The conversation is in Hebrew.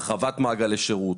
הרחבת מעגלי שירות,